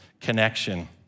connection